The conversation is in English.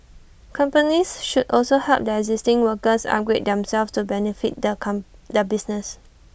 companies should also help their existing workers upgrade themselves to benefit their come their business